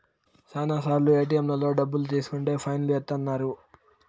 శ్యానా సార్లు ఏటిఎంలలో డబ్బులు తీసుకుంటే ఫైన్ లు ఏత్తన్నారు